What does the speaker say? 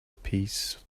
peace